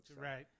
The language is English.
Right